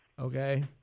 Okay